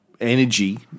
energy